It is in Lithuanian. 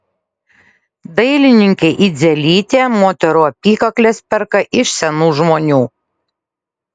dailininkė idzelytė moterų apykakles perka iš senų žmonių